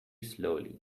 slowly